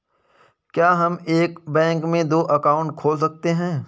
क्या हम एक बैंक में दो अकाउंट खोल सकते हैं?